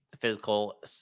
physical